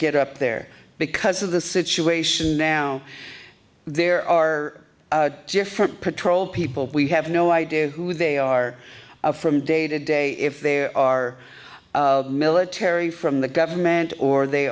get up there because of the situation now there are different patrol people we have no idea who they are from day to day if they are military from the government or they